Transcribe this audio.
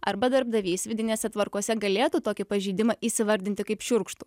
arba darbdavys vidinėse tvarkose galėtų tokį pažeidimą įsivardinti kaip šiurkštų